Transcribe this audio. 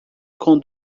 com